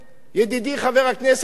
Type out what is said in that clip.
חבר הכנסת נסים זאב,